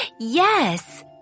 Yes